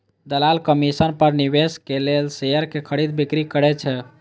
दलाल कमीशन पर निवेशक लेल शेयरक खरीद, बिक्री करै छै